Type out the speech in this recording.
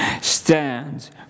stands